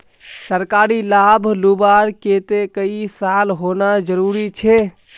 सरकारी लाभ लुबार केते कई साल होना जरूरी छे?